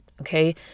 Okay